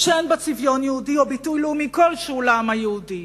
שאין בה צביון יהודי או ביטוי לאומי כלשהו לעם היהודי.